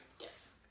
yes